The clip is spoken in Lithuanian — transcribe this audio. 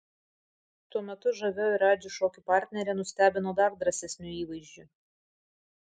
tuo metu žavioji radži šokių partnerė nustebino dar drąsesniu įvaizdžiu